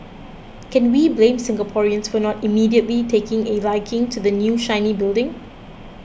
can we blame Singaporeans for not immediately taking a liking to the new shiny building